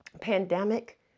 pandemic